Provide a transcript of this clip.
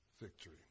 victory